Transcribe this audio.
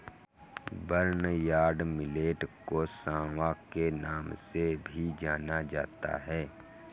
barnyard millet को सांवा के नाम से भी जाना जाता है